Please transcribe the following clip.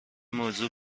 موضوع